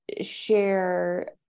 share